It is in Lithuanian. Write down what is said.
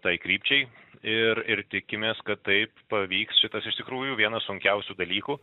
tai krypčiai ir ir tikimės kad taip pavyks šitas iš tikrųjų vienas sunkiausių dalykų